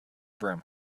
broom